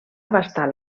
abastar